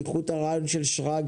תיקחו את הרעיון של שרגא